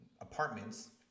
apartments